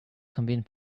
convenient